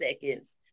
seconds